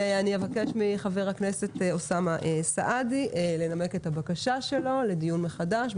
אני מבקשת מחבר הכנסת אוסאמה סעדי לנמק את הבקשה שלו לדיון מחדש.